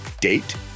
date